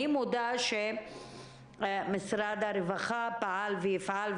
אני מודה שמשרד הרווחה פעל ויפעל.